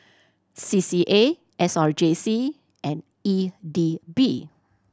C C A S R J C and E D B